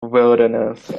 wilderness